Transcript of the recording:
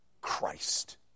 Christ